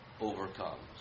overcomes